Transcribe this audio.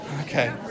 Okay